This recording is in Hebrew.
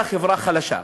כל החברה חלשה.